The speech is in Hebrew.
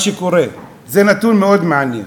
מה שקורה, זה נתון מאוד מעניין,